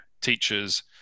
teachers